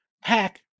hack